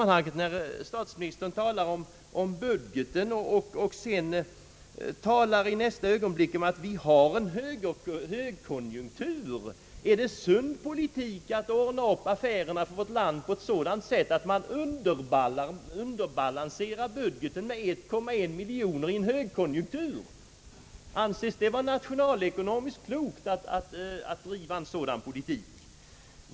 När statsministern vidare talar om budgeten och i nästa ögonblick anför att vi har en högkonjunktur undrar man, om det är sund politik att ordna upp vårt lands affärer genom att i en högkonjunktur underbalansera budgeten med 1,1 miljard? Anses det vara nationalekonomiskt klokt att driva en sådan politik?